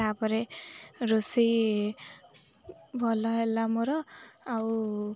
ତାପରେ ରୋଷେଇ ଭଲ ହେଲା ମୋର ଆଉ